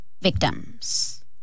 victims